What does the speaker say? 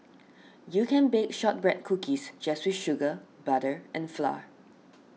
you can bake Shortbread Cookies just with sugar butter and flour